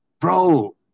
bro